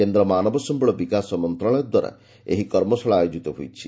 କେନ୍ଦ୍ର ମାନବ ସମ୍ଭଳ ବିକାଶ ମନ୍ତରାଳୟଦ୍ୱାରା ଏହି କର୍ମଶାଳା ଆୟୋକିତ ହୋଇଛି